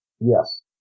Yes